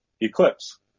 Eclipse